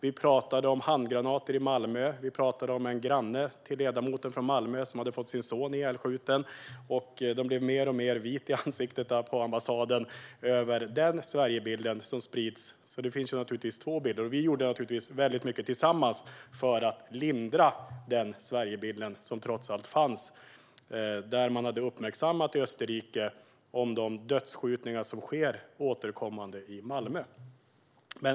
Vi pratade om handgranater i Malmö och om en granne till ledamoten i Malmö som hade fått sin son ihjälskjuten. De närvarande på ambassaden blev allt vitare i ansiktet av den Sverigebilden, som också sprids. Det finns två bilder. Vi gjorde naturligtvis väldigt mycket tillsammans för att lindra denna Sverigebild, som trots allt fanns. Man hade i Österrike uppmärksammat de dödsskjutningar som återkommande sker i Malmö.